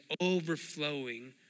overflowing